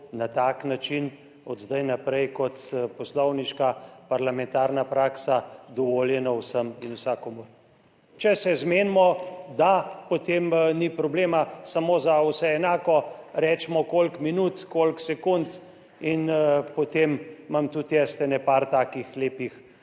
na tak način od zdaj naprej kot poslovniška parlamentarna praksa dovoljena vsem in vsakomur? Če se zmenimo da, potem ni problema: samo za vse enako, recimo, koliko minut, koliko sekund in potem imam tudi jaz ene par takih lepih,